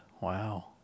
Wow